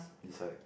beside